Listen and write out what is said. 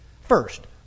First